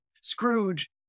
Scrooge